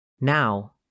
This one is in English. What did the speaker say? Now